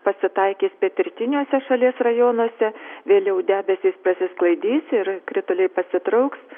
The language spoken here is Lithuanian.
pasitaikys pietrytiniuose šalies rajonuose vėliau debesys prasisklaidys ir krituliai pasitrauks